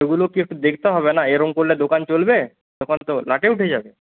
ওগুলো কি একটু দেখতে হবে না এরকম করলে দোকান চলবে দোকান তো লাটে উঠে যাবে